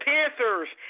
Panthers